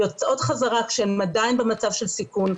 יוצאות חזרה כשהן עדיין במצב של סיכון,